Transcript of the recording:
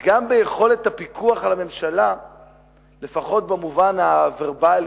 גם ביכולת הפיקוח על הממשלה לפחות במובן הוורבלי